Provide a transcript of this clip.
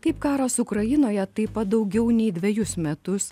kaip karas ukrainoje taip pat daugiau nei dvejus metus